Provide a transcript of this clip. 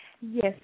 Yes